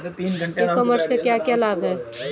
ई commerce के क्या क्या लाभ हैं?